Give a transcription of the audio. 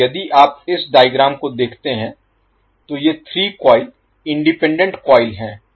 तो यदि आप इस डायग्राम को देखते हैं तो ये 3 कॉइल इंडिपेंडेंट कॉइल हैं